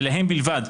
ולהם בלבד,